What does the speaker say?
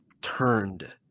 turned